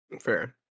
Fair